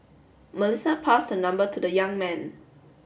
Melissa passed her number to the young man